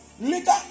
later